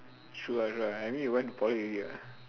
true ah true ah I mean you went to poly already ah